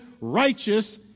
righteous